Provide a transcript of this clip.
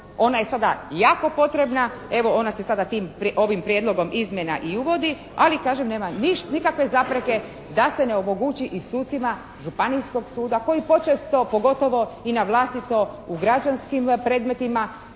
ona je sada jako potrebna. Evo ona se sada tim, ovim prijedlogom izmjena i uvodi. Ali kažem, nema nikakve zapreke da se ne omogući i sucima Županijskog suda koji počesto pogotovo i na vlastito u građanskim predmetima